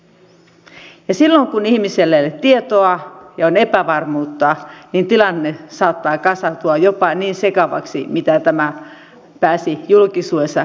ja silloin kun ihmisellä ei ole tietoa ja on epävarmuutta niin tilanne saattaa kasaantua jopa niin sekavaksi kuin mitä tämä pääsi julkisuudessa kasaantumaan